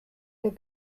der